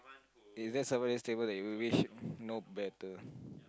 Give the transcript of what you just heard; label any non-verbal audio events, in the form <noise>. is that somebody's table that you wish know better <breath>